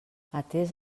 atés